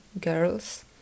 girls